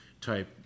type